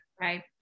right